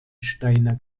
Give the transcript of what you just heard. steiner